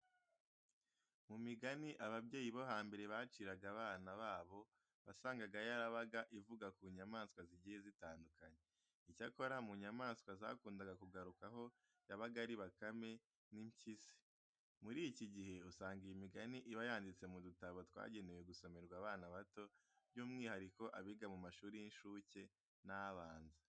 Mu migani ababyeyi bo hambere baciraga abana babo wasangaga yarabaga ivuga ku nyamaswa zigiye zitandukanye. Icyakora mu nyamaswa zakundaga kugarukwaho yabaga ari bakame n'impyisi. Muri iki gihe usanga iyi migani iba yanditse mu dutabo twagenewe gusomerwa abana bato by'umwihariko abiga mu mashuri y'incuke n'abanza.